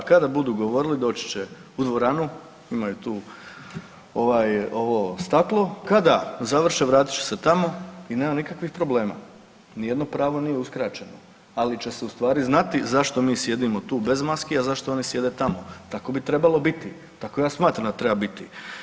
Kada budu govorili doći će u dvoranu, imaju tu staklo, kada završe vratit će se tamo i nema nikakvih problema, nijedno pravo nije uskraćeno, ali će se ustvari znati zašto mi sjedimo bez maski, a zašto oni sjede tamo, tako bi trebalo biti, tako ja smatram da treba biti.